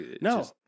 No